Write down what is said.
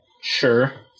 Sure